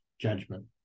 judgment